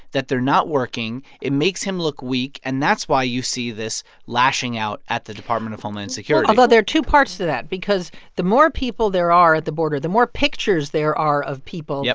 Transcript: that they're not working, it makes him look weak, and that's why you see this lashing out at the department of homeland security although there are two parts to that because the more people there are at the border, the more pictures there are of people. yep.